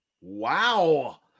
Wow